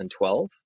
2012